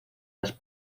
las